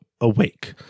awake